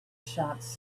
shots